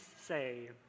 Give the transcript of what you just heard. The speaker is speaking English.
say